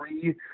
three